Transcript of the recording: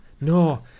No